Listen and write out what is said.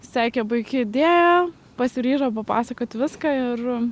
sekė puiki idėja pasiryžo papasakoti viską ir